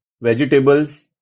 vegetables